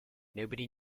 nobody